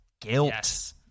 guilt